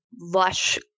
lush